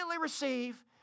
receive